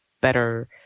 better